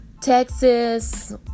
Texas